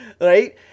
right